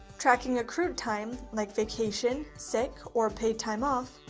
tracking accrued time like vacation, sick or paid time off,